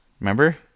Remember